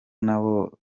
nabo